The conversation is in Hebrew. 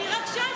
אני רק שאלתי.